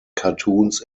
cartoons